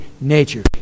nature